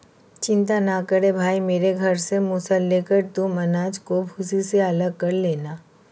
चिंता ना करो भाई मेरे घर से मूसल लेकर तुम अनाज को भूसी से अलग कर लेना